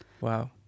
Wow